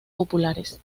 populares